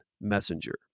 messenger